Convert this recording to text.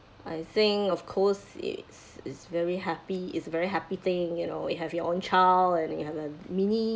I think of course it's it's very happy it's very happy thing you know you have your own child and you have a mini